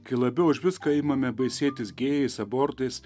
kai labiau už viską imame baisėtis gėjais abortais